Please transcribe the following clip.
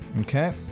Okay